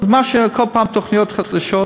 אז כל פעם יש תוכניות חדשות.